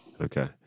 Okay